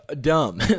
dumb